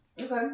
Okay